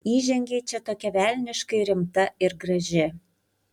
įžengei čia tokia velniškai rimta ir graži